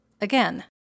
Again